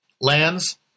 lands